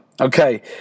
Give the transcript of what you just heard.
Okay